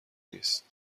نیست